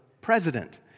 president